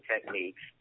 techniques